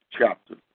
chapter